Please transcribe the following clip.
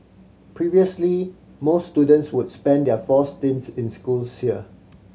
previously most students would spend their four stints in schools here